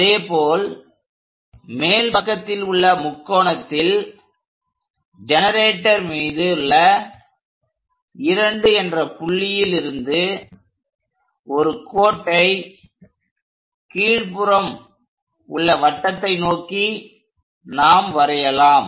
அதேபோல் மேல் பக்கத்தில் உள்ள முக்கோணத்தில் ஜெனரேட்டர் மீது உள்ள 2 என்ற புள்ளியில் இருந்து ஒரு கோட்டை கீழ்புறம் உள்ள வட்டத்தை நோக்கி நாம் வரையலாம்